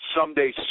someday